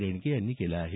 रेणके यांनी केलं आहे